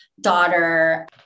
daughter